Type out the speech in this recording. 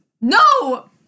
no